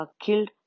killed